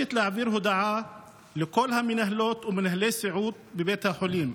מבקשת להעביר הודעה לכל מנהלות ומנהלי הסיעוד בבית החולים.